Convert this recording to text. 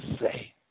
say